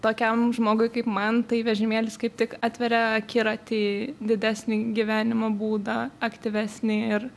tokiam žmogui kaip man tai vežimėlis kaip tik atveria akiratį didesnį gyvenimo būdą aktyvesnį ir